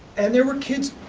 and there were kids,